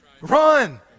run